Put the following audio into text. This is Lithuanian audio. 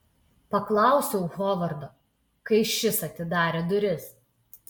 paklausiau hovardo kai šis atidarė duris